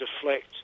deflect